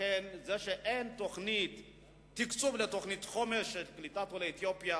לכן זה שאין תקצוב לתוכנית חומש לקליטת עולי אתיופיה,